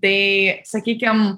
tai sakykim